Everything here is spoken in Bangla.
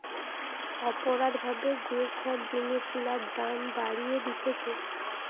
অপরাধ ভাবে যে সব জিনিস গুলার দাম বাড়িয়ে দিতেছে